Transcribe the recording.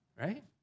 right